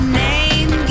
name